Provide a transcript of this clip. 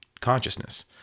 consciousness